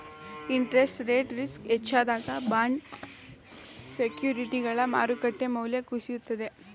interest rate risk ಹೆಚ್ಚಾದಾಗ bond ಸೆಕ್ಯೂರಿಟಿಗಳ ಮಾರುಕಟ್ಟೆ ಮೌಲ್ಯ ಕುಸಿಯುತ್ತದೆ